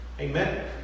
Amen